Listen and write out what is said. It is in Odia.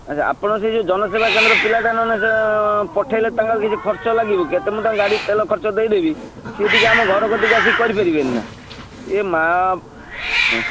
ଆଚ୍ଛା ଆପଣ ସେ ଯେଉଁ ଜନସେବା କେନ୍ଦ୍ର ପିଲାଟା ନହେଲେ ସେ ପଠାଇଲେ ତାଙ୍କର କିଛି ଖର୍ଚ୍ଚ ଲାଗିବ କି କେତେ ମୁଁ ତାଙ୍କୁ ଗାଡ଼ି ତେଲ ଖର୍ଚ୍ଚ ଦେଇଦେବି ସିଏ ଟିକିଏ ଆମ ଘର କତିକି ଆସି କରିପାରିବେନିନା ଏ ମାଆ ହଁ